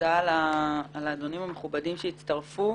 תודה לאדונים המכובדים שהצטרפו.